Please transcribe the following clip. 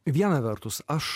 viena vertus aš